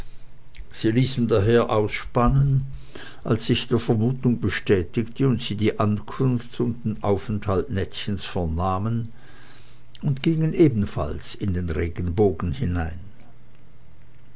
sie ließen daher ausspannen als sich die vermutung bestätigte und sie die ankunft und den aufenthalt nettchens vernahmen und gingen gleichfalls in den regenbogen hinein